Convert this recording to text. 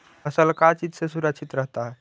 फसल का चीज से सुरक्षित रहता है?